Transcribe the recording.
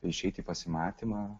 išeiti į pasimatymą